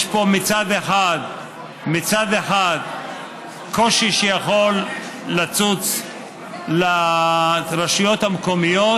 יש פה מצד אחד קושי שיכול לצוץ לרשויות המקומיות,